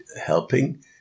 helping